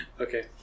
Okay